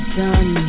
done